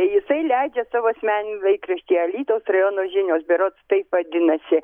jisai leidžia savo asmeninį laikraštį alytaus rajono žinios berods taip vadinasi